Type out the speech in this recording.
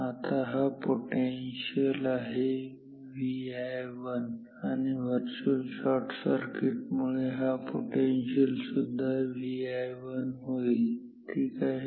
आता हा पोटेन्शियल आहे Vi1 आणि व्हर्चुअल शॉर्टसर्किट मुळे हा पोटेन्शिअल सुद्धा Vi1 होईल ठीक आहे